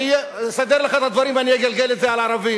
אני אסדר לך את הדברים ואגלגל את זה על הערבים,